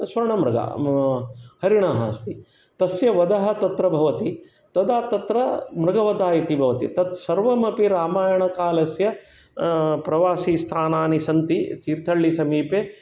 स्वर्णमृग हरिणः अस्ति तस्य वधः तत्र भवति तदा तत्र मृगवधा इति भवति तत् सर्वम् अपि रामायणकालस्य प्रवासीयस्थानानि सन्ति तीर्थहल्लि समीपे